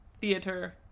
theater